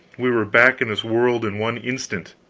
we were back in this world in one instant!